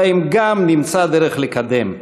אלא אם גם נמצא דרך לקדם,